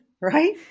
Right